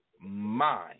mind